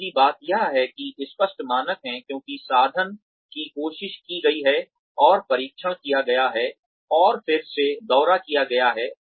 दूसरी बात यह है कि स्पष्ट मानक हैं क्योंकि साधन की कोशिश की गई है और परीक्षण किया गया है और फिर से दौरा किया गया है